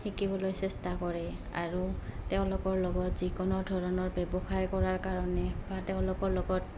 শিকিবলৈ চেষ্টা কৰে আৰু তেওঁলোকৰ লগত যিকোনো ধৰণৰ ব্যৱসায় কৰাৰ কাৰণে বা তেওঁলোকৰ লগত